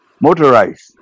motorized